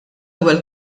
ewwel